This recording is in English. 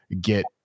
get